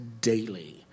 Daily